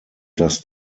das